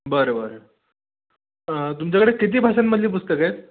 बरं बरं तुमच्याकडे किती भाषांमधली पुस्तकं आहेत